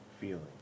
feeling